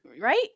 Right